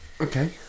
Okay